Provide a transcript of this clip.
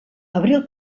abril